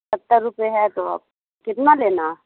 ستر روپے ہے تو اب کتنا لینا